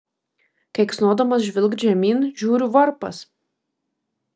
keiksnodamas žvilgt žemyn žiūriu varpas